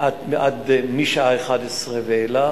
משעה 23:00 ואילך,